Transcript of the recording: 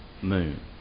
moon